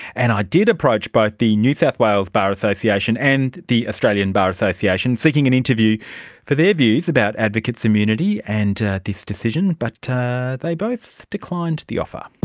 and i did approach both the new south wales bar association and the australian bar association, seeking an interview for their views about advocate's immunity and this decision, but they both declined the offer.